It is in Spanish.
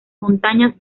montañas